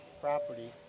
property